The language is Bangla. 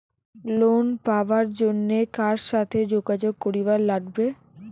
লোন পাবার জন্যে কার সাথে যোগাযোগ করিবার লাগবে?